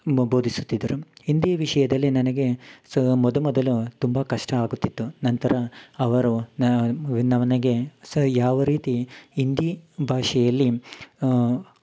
ಮ ಬೋಧಿಸುತಿದ್ದರು ಹಿಂದಿ ವಿಷಯದಲ್ಲಿ ನನಗೆ ಸೋ ಮೊದ ಮೊದಲು ತುಂಬಾ ಕಷ್ಟ ಆಗುತಿತ್ತು ನಂತರ ಅವರು ನನಗೆ ಸೊ ಯಾವ ರೀತಿ ಹಿಂದಿ ಭಾಷೆಯಲ್ಲಿ